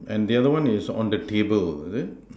and the other one is on the table is it